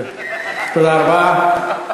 תודה רבה.